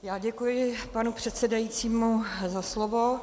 Já děkuji panu předsedajícímu za slovo.